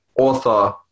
author